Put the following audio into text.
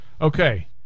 Okay